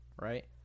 right